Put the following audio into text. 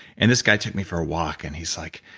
and this guy took me for a walk and he's like,